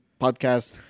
podcast